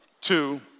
two